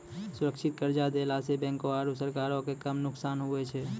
सुरक्षित कर्जा देला सं बैंको आरू सरकारो के कम नुकसान हुवै छै